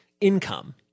income